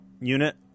unit